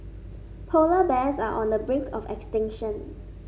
polar bears are on the brink of extinction